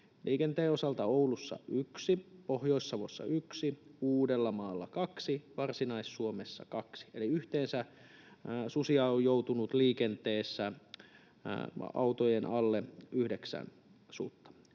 liikenteen osalta Oulussa yksi, Pohjois-Savossa yksi, Uudellamaalla kaksi, Varsinais-Suomessa kaksi. Eli yhteensä susia on joutunut liikenteessä autojen alle yhdeksän.